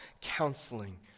counseling